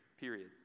period